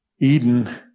Eden